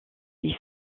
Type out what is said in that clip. vif